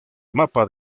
mapa